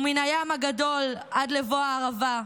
ומן הים הגדול עד לבוא הערבה,